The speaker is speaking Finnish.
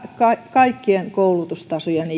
kaikkien koulutustasojen